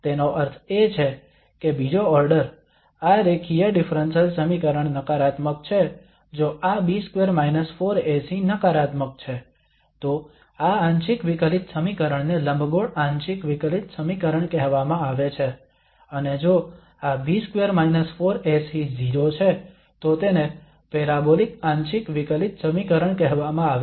તેનો અર્થ એ છે કે બીજો ઓર્ડર આ રેખીય ડિફરન્સલ સમીકરણ નકારાત્મક છે જો આ B2 4AC નકારાત્મક છે તો આ આંશિક વિકલિત સમીકરણ ને લંબગોળ આંશિક વિકલિત સમીકરણ કહેવામાં આવે છે અને જો આ B2 4AC 0 છે તો તેને પેરાબોલિક આંશિક વિકલિત સમીકરણ કહેવામાં આવે છે